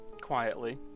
quietly